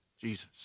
Jesus